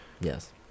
Yes